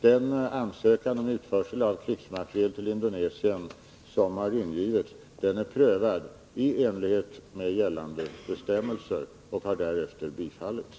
Den ansökan om utförsel av krigsmateriel till Indonesien som har ingivits är prövad i enlighet med gällande bestämmelser och har därefter bifallits.